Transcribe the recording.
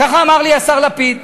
ככה אמר לי השר לפיד.